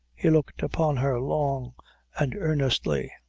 he looked upon her long and earnestly.